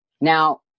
Now